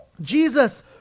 Jesus